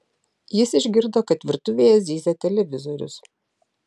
jis išgirdo kad virtuvėje zyzia televizorius